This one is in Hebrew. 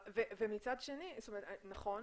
נכון.